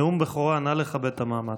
נאום בכורה, נא לכבד את המעמד.